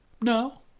No